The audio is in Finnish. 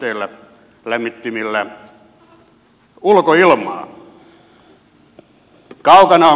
kaukana on kestävä kehitys